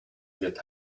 wird